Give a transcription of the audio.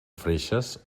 freixes